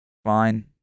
fine